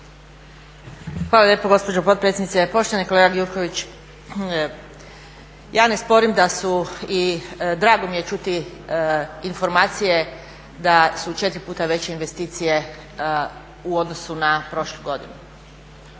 Hvala lijepo gospođo potpredsjednice. Poštovani kolega Gjurković, ja ne sporim da su i drago mi je čuti informacije da su 4 puta veće investicije u odnosu na prošlu godinu,